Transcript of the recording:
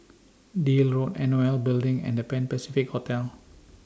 Deal Road N O L Building and The Pan Pacific Hotel